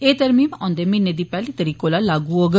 एह तरमीम ओंदे म्हीने दी पैह्ली तरीक कोला लागू होग